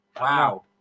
Wow